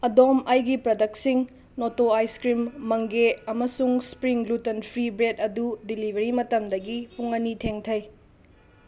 ꯑꯗꯣꯝ ꯑꯩꯒꯤ ꯄ꯭ꯔꯗꯛꯁꯤꯡ ꯅꯣꯇꯣ ꯑꯥꯏꯁ ꯀ꯭ꯔꯤꯝ ꯃꯪꯒꯦ ꯑꯃꯁꯨꯡ ꯁ꯭ꯄ꯭ꯔꯤꯡ ꯒ꯭ꯂꯨꯇꯟ ꯐ꯭ꯔꯤ ꯕ꯭ꯔꯦꯗ ꯑꯗꯨ ꯗꯤꯂꯤꯕꯔꯤ ꯃꯇꯝꯗꯒꯤ ꯄꯨꯡ ꯑꯅꯤ ꯊꯦꯡꯊꯩ